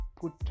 put